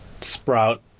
sprout